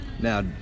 Now